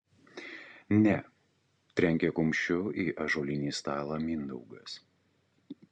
ne trenkė kumščiu į ąžuolinį stalą mindaugas